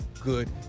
Good